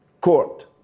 court